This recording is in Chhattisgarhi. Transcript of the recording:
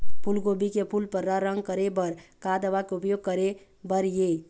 फूलगोभी के फूल पर्रा रंग करे बर का दवा के उपयोग करे बर ये?